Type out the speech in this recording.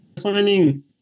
finding